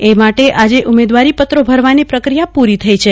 એ માટે આજ ઉમેદવારી પત્રો ભરવાની પ્રક્રિયા પૂરી થઈ છે